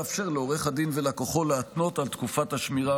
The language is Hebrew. לאפשר לעורך הדין ולקוחו להתנות על תקופת השמירה